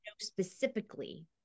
specifically